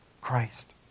Christ